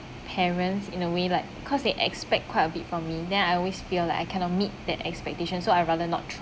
parents in a way like cause they expect quite a bit from me then I always feel like I cannot meet that expectation so I rather not try